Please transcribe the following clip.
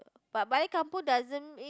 but blaik kampung doesn't mean